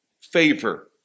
favor